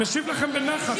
אשיב לכם בנחת,